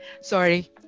Sorry